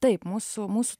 taip mūsų mūsų